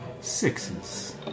sixes